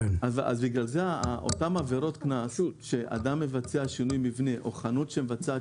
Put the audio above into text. לכן אותן עבירות קנס כאשר אדם מבצע שינוי מבנה או חנות שמבצעת